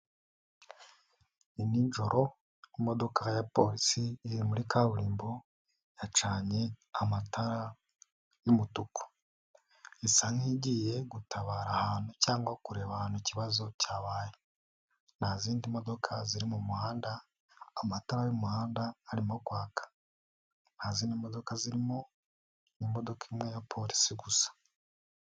Ni ninjoro imodoka ya Polisi iri muri kaburimbo yacanye amatara y'umutuku, isa nk'igiye gutabara ahantu cyangwa kureba ahantu ikibazo cyabaye, nta zindi modoka ziri mu muhanda amatara y'umuhanda arimo kwaka, nta zindi modoka zirimo ni imodoka imwe ya Polisi gusa.